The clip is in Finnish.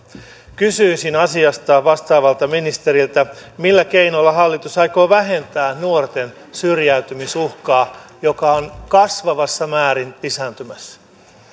kysyisin asiasta vastaavalta ministeriltä millä keinoilla hallitus aikoo vähentää nuorten syrjäytymisuhkaa joka on kasvavassa määrin lisääntymässä